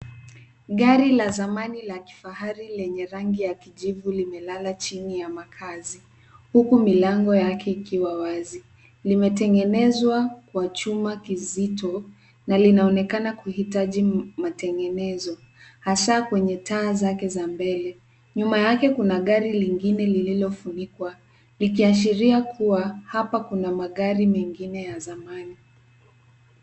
Gari la zamani la kifahari lenye rangi ya kijivu limelala chini ya makazi, huku milango yake ikiwa wazi, limetengenezwa kwa chuma kizito na linaonekana kuhitaji matengenezo hasa kwenye taa zake za mbele. Nyuma yake kuna gari lingine lililofunikwa, likiashiria kuwa hapa kuna magari mengine ya zamani.